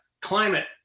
climate